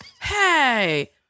Hey